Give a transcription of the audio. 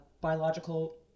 biological